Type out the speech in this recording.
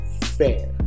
Fair